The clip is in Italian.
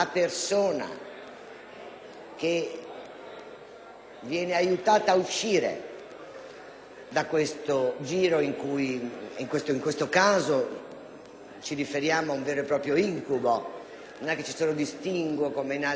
da questo giro in questi casi si ritrova in un vero e proprio incubo. Non ci sono distinguo, come in altre situazioni, perché parliamo dell'acquisto e della vendita di esseri umani,